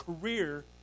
career